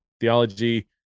theology